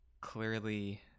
clearly